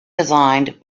designed